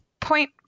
point